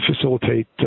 facilitate